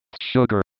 sugar